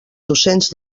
docents